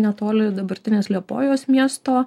netoli dabartinės liepojos miesto